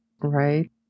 Right